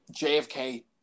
JFK